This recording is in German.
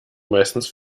meistens